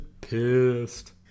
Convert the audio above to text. pissed